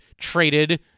traded